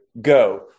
Go